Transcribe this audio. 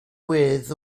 with